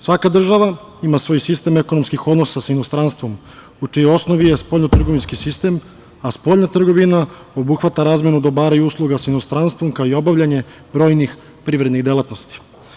Svaka država ima svoj sistem ekonomskih odnosa sa inostranstvom u čijoj osnovi je spoljno trgovinski sistem, a spoljna trgovina obuhvata razmenu i dobara usluga sa inostranstvom, kao i obavljanje brojnih privrednih delatnosti.